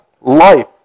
life